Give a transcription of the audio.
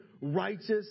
righteous